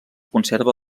conserva